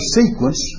sequence